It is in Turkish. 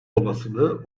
olasılığı